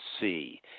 see